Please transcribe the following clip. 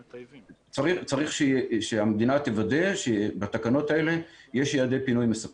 צריך שהמדינה תוודא שבתקנות האלה יש יעדי פינוי מספקים.